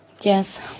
Yes